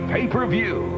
Pay-Per-View